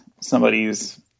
somebody's